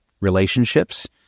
relationships